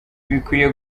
bikwiye